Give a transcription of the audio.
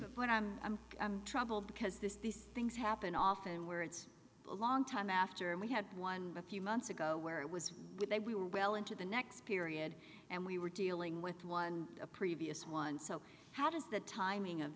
of when i'm i'm troubled because this these things happen often where it's a long time after we had one a few months ago where it was with a we were well into the next period and we were dealing with one a previous one so how does the timing of